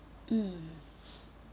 mm